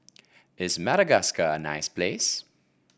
is Madagascar a nice place